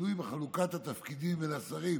ושינוי בחלוקת התפקידים בין השרים.